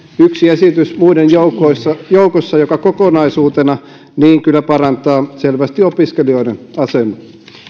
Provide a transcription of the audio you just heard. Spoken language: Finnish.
yksi esitys muiden joukossa joukossa joka kokonaisuutena kyllä parantaa selvästi opiskelijoiden asemaa